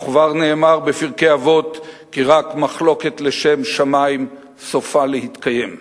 וכבר נאמר בפרקי אבות כי רק מחלוקת לשם שמים סופה להתקיים.